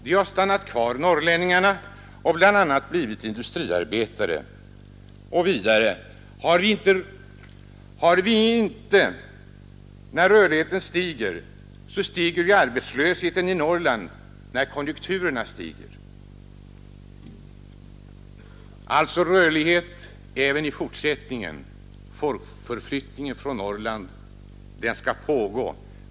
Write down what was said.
Norrlänningarna har stannat kvar och bl.a. blivit industriarbetare. Och vidare: Har vi inte rörligheten, ökar ju arbetslösheten i Norrland när konjunkturerna stiger. — Alltså rörlighet även i fortsättningen! Folkförflyttningen från Norrland skall fortgå.